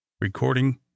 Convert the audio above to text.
Recording